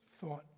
thought